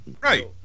right